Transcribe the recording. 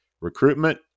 recruitment